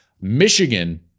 Michigan